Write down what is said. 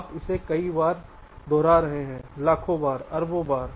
आप इसे कई बार दोहरा रहे हैं लाखों बार अरबों बार